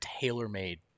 tailor-made